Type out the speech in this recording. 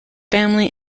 family